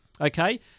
okay